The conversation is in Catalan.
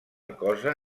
cosa